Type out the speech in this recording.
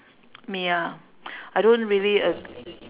me ah I don't really ag~